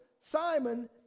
Simon